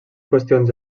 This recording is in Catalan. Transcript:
qüestions